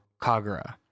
Kagura